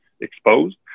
exposed